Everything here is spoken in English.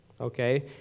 okay